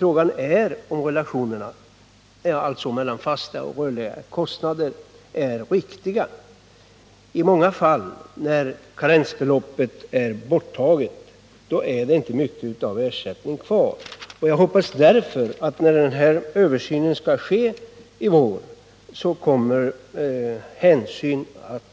Här talas om relationerna mellan fasta och rörliga kostnader. Frågan ärom Nr 87 dessa relationer är riktiga. Jag hoppas att när översynen skall ske i vår hänsyn